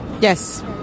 Yes